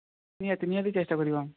ନିହାତି ନିହାତି ଚେଷ୍ଟା କରିବୁ ଆମେ